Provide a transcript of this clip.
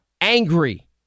Angry